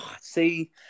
see